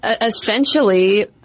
essentially